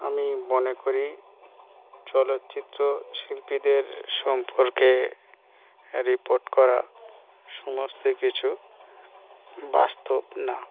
আমি মনে করি চলচ্চিত্র শিল্পীদের সম্পর্কে রিপোর্ট করা সমস্ত কিছু বাস্তব না